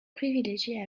privilégiée